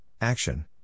action